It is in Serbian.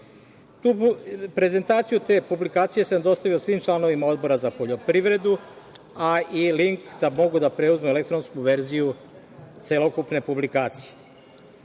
zemljišta. Prezentaciju te publikacije sam dostavio svim članovima Odbora za poljoprivredu, a i link da mogu da mogu da preuzmu elektronsku verziju celokupne publikacije. Srbija